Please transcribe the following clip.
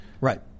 Right